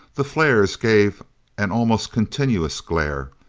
the flares gave an almost continuous glare.